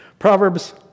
Proverbs